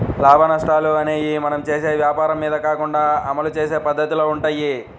లాభనష్టాలు అనేయ్యి మనం చేసే వ్వాపారం మీద కాకుండా అమలు చేసే పద్దతిలో వుంటయ్యి